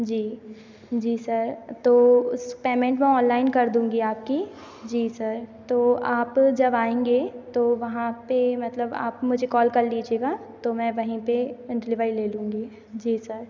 जी जी सर तो पेमेंट मैं ऑनलाइन कर दूँगी आपकी जी सर तो आप जब आएँगें तो वहाँ पर मतलब आप मुझे कॉल कर लीजिएगा तो मैं वहीं पर डिलीवरी ले लूँगी जी सर